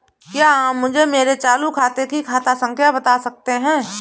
क्या आप मुझे मेरे चालू खाते की खाता संख्या बता सकते हैं?